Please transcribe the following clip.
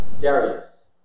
Darius